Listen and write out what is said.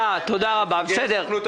בראייתנו, החוק הזה בא לטובת המגזר העסקי.